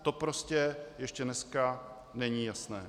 To prostě ještě dneska není jasné.